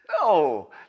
No